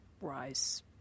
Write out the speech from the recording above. rise